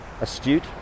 astute